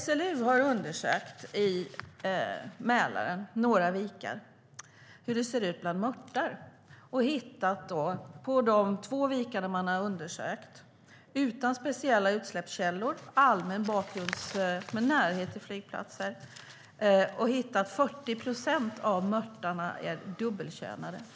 SLU har undersökt hur det ser ut bland mörtar i ett par vikar i Mälaren. I de två vikar man har undersökt - det var utan speciella utsläppskällor men med närhet till flygplatser - har man sett att 40 procent av mörtarna är dubbelkönade.